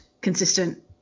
consistent